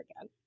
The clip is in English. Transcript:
again